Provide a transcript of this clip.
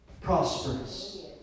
prosperous